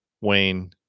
Wayne